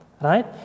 Right